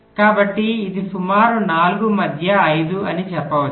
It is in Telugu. కాబట్టి ఇది సుమారు 4 మధ్య 5 అని చెప్పవచ్చు